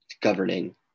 governing